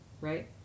Right